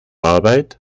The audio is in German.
arbeit